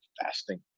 fasting